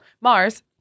Mars